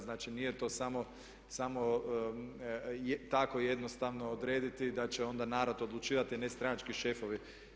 Znači nije to samo tako jednostavno odrediti da će onda narod odlučivati a ne stranački šefovi.